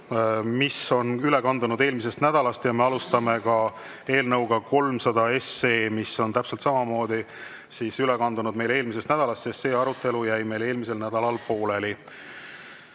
mis on üle kandunud eelmisest nädalast. Me alustame eelnõuga 300, mis on täpselt samamoodi üle kandunud eelmisest nädalast, sest see arutelu jäi meil eelmisel nädalal pooleli. Anti